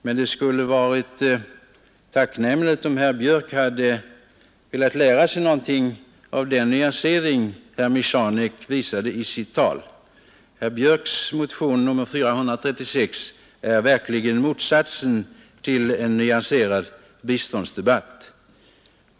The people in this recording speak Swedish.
Men att det hade varit mera tacknämligt om herr Björck hade velat lära något av den nyansering Michanek visade i sitt tal. Herr Björcks motion nr 436 är verkligen motsatsen till en nyanserad biståndsdebatt.